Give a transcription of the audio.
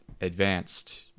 advanced